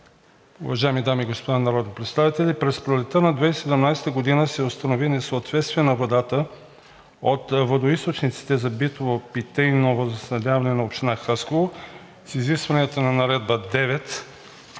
уважаеми дами и господа народни представители! През пролетта на 2017 г. се установи несъответствие на водата от водоизточниците за битово-питейно водоснабдяване на община Хасково с изискванията на Наредба №